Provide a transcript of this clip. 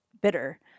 bitter